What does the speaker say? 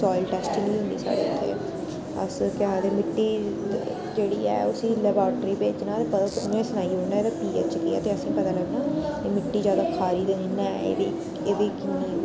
साइल testing बी हुंदी साढ़ी ते अस केह् आखदे मिट्टी जेह्ड़ी ऐ उसी लेबोरेटरी भेजना ते उनें सनाई उड़ना कि एह्दा फ्ही असें पता लग्गना कि मिट्टी ज्यादा खारी ते नि ना ऐ एह्दी किन्नी